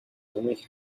only